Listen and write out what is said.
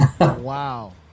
wow